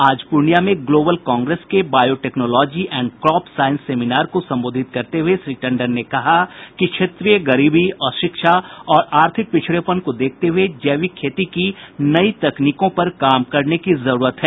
आज पूर्णियां में global congress के biotechnology and crop science seminar को संबोधित करते हुए श्री टंडन ने कहा कि क्षेत्रीय गरीबी अशिक्षा और आर्थिक पिछड़ेपन को देखते हुए जैविक खेती की नई तकनीकों पर काम करने की जरूरत है